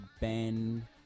Ben